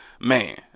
Man